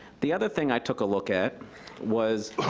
the other thing i took a look at was